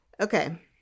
Okay